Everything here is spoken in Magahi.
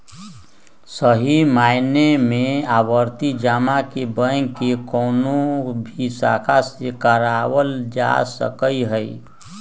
सही मायने में आवर्ती जमा के बैंक के कौनो भी शाखा से करावल जा सका हई